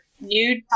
nude